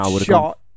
shot